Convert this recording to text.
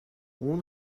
اون